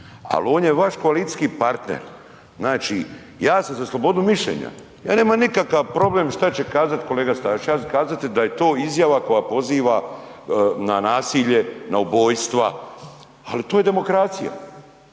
al on je vaš koalicijski partner, znači ja sam za slobodu mišljenja, ja nemam nikakav problem šta će kazat kolega Stazić, ja ću kazati da je to izjava koja poziva na nasilje, na ubojstva, al to je demokracija,